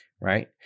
right